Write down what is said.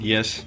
Yes